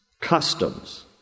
customs